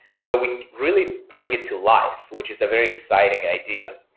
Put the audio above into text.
so we really bring it to live, which is a very exciting idea.